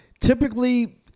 typically